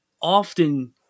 often